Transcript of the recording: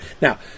Now